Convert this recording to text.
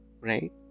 right